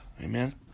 Amen